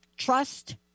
Trust